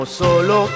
solo